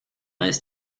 ist